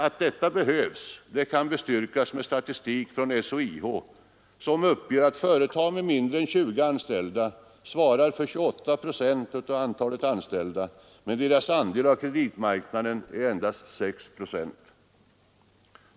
Att detta behövs kan belysas med statistik från SHIH, som uppger att företag med mindre än 20 anställda svarar för 28 procent av antalet anställda, men att deras andel av kreditmarknaden är endast 6 procent.